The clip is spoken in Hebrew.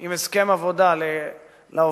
עם הסכם עבודה לעובדים,